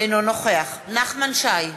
אינו נוכח נחמן שי,